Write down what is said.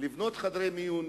לבנות יותר חדרי מיון,